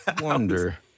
wonder